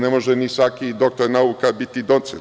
Ne može ni svaki doktor nauka biti docent.